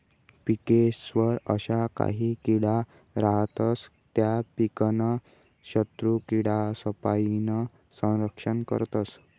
पिकेस्वर अशा काही किडा रातस त्या पीकनं शत्रुकीडासपाईन संरक्षण करतस